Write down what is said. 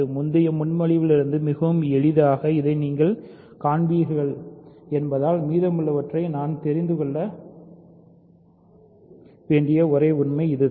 முந்தைய முன்மொழிவிலிருந்து மிகவும் எளிதாக இதை நீங்கள் காண்பீர்கள் என்பதால் மீதமுள்ளவற்றை நாம் தெரிந்து கொள்ள வேண்டிய ஒரே உண்மை இதுதான்